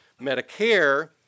Medicare